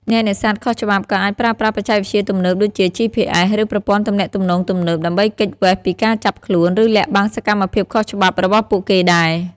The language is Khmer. អ្នកនេសាទខុសច្បាប់ក៏អាចប្រើប្រាស់បច្ចេកវិទ្យាទំនើបដូចជា GPS ឬប្រព័ន្ធទំនាក់ទំនងទំនើប ដើម្បីគេចវេសពីការចាប់ខ្លួន ឬលាក់បាំងសកម្មភាពខុសច្បាប់របស់ពួកគេដែរ។